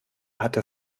hatte